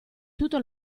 tutto